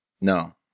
No